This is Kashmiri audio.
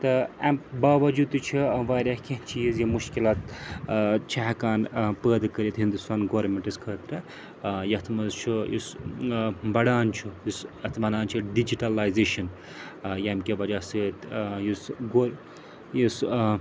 تہٕ اَمہِ باوجوٗد تہِ چھِ واریاہ کیٚنٛہہ چیٖز یِم مشکلات ٲں چھِ ہیٚکان ٲں پٲدٕ کٔرِتھ ہنٛدوستان گورمِنٹَس خٲطرٕ ٲں یَتھ منٛز چھُ یُس ٲں بَڑھان چھُ یُس اََتھ وَنان چھِ ڈِجِٹَلایزیشَن ٲں ییٚمہِ کہِ وَجہ سۭتۍ ٲں یُس گوٚو یُس ٲں